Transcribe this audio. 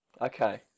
Okay